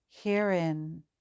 Herein